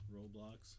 Roblox